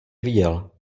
viděl